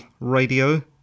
radio